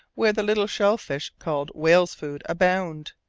where the little shell fish called whales' food abound.